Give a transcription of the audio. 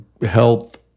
health